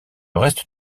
reste